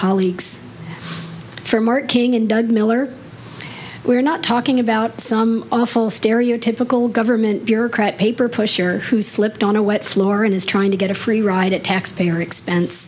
colleagues for marking and doug miller we're not talking about some awful stereotypical government bureaucrat paper pusher who slipped on a wet floor and is trying to get a free ride at taxpayer expense